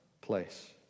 place